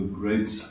great